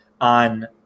on